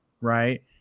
Right